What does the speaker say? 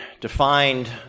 defined